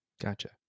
gotcha